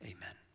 Amen